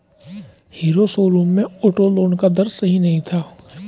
hero showroom में auto loan का दर सही नहीं था